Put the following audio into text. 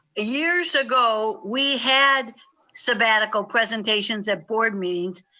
years ago we had sabbatical presentations at board meetings,